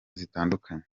zitandukanye